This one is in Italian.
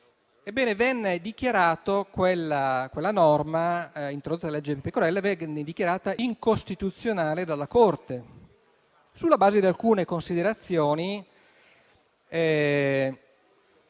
questo principio; ma quella norma, introdotta con la legge Pecorella, venne dichiarata incostituzionale dalla Corte, sulla base di alcune considerazioni